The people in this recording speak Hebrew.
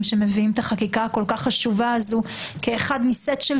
שמביאים את החקיקה הכול כך חשובה הזו כחלק מסט של